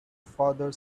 father